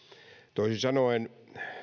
toisin sanoen